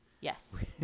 Yes